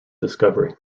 discovery